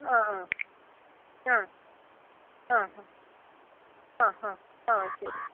ആ ആ ആ ആ ഹ ആ ഹാ ആ ശരി